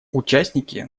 участники